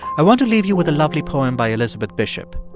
i want to leave you with a lovely poem by elizabeth bishop.